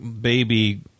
baby